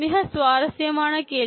மிக சுவாரசியமான கேள்வி